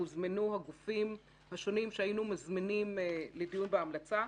הוזמנו הגופים השונים שהיינו מזמינים לדיון בהמלצה.